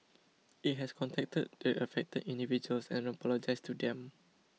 it has contacted the affected individuals and apologised to them